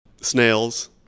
snails